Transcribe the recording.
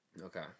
Okay